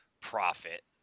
Profit